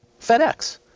FedEx